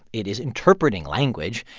it is interpreting language.